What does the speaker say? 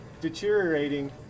deteriorating